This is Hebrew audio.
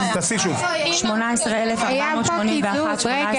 מי נגד?